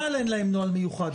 אין נוהל מיוחד.